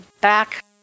back